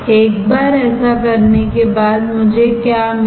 एक बार ऐसा करने के बाद मुझे क्या मिला